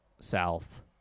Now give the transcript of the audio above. south